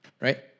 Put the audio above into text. Right